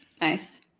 Nice